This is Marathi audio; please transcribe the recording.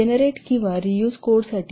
जेनरेट किंवा रीयूज कोडसाठी